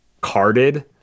carded